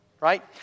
Right